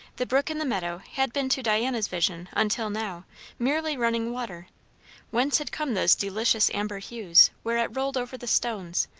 the brook in the meadow had been to diana's vision until now merely running water whence had come those delicious amber hues where it rolled over the stones,